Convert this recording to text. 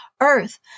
earth